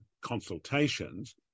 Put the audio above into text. consultations